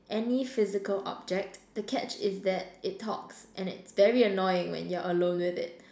any physical object the catch is that it talks and it's very annoying when you're alone with it